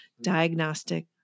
Diagnostic